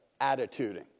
attituding